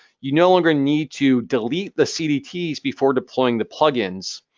you no longer need to delete the cdts before deploying the plugins.